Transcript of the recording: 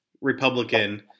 Republican